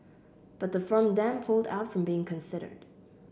but the firm then pulled out from being considered